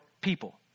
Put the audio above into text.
people